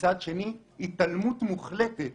מצד שני, התעלמות מוחלטת